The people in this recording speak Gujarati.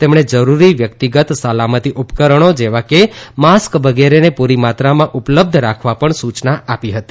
તેમણે જરૂરી વ્યક્તિગત સલામતી ઉપકરણો જેવા કે માસ્ક વગેરેને પૂરી માત્રામાં ઉપલબ્ધ રાખવા પણ સૂચના આપી હતી